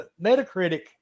Metacritic